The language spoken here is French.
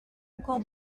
encore